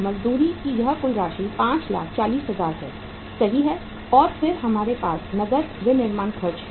मजदूरी की यह कुल राशि 540000 है सही है और फिर हमारे पास नकद विनिर्माण खर्च है